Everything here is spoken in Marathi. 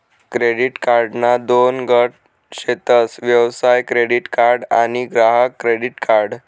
क्रेडीट कार्डना दोन गट शेतस व्यवसाय क्रेडीट कार्ड आणि ग्राहक क्रेडीट कार्ड